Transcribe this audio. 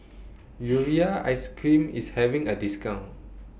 Urea Ice Cream IS having A discount